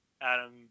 Adam